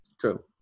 true